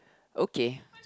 okay